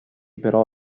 però